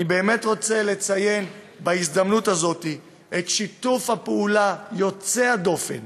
אני באמת רוצה לציין בהזדמנות הזאת את שיתוף הפעולה יוצא הדופן